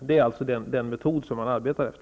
Det är den metod man arbetar efter.